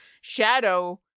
Shadow